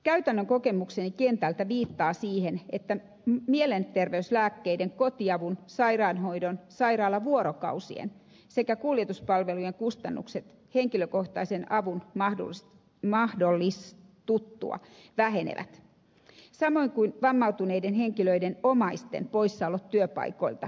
käytännön kokemukseni kentältä viittaa siihen että mielenterveyslääkkeiden kotiavun sairaanhoidon sairaalavuorokausien sekä kuljetuspalvelujen kustannukset henkilökohtaisen avun mahdollistuttua vähenevät samoin kuin vammautuneiden henkilöiden omaisten poissaolot työpaikoilta